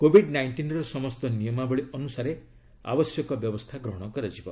covid ନାଇଷ୍ଟିନ୍ର ସମସ୍ତ ନିୟମାବଳୀ ଅନୁସାରେ ଆବଶ୍ୟକ ବ୍ୟବସ୍ଥା ଗ୍ରହଣ କରାଯିବ